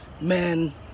man